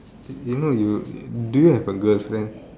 you know you do you have a girlfriend